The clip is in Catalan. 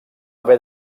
haver